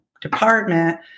department